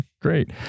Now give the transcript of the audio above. great